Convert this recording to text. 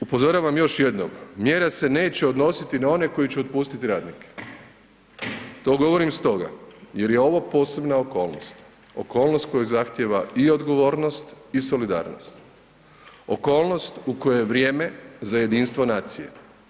Upozoravam još jednom, mjera se neće odnositi na one koji će otpustiti radnike, to govorim stoga jer je ovo posebna okolnost, okolnost koja zahtijeva i odgovornost i solidarnost, okolnost u kojoj je vrijeme za jedinstvo nacije.